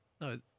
No